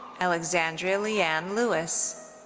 alexandria leeann lewis.